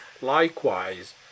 likewise